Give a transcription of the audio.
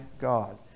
God